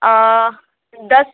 دس